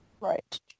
Right